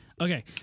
okay